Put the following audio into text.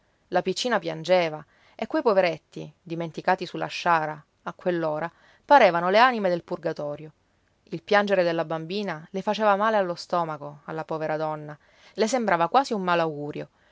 la piccina piangeva e quei poveretti dimenticati sulla sciara a quell'ora parevano le anime del purgatorio il piangere della bambina le faceva male allo stomaco alla povera donna le sembrava quasi un malaugurio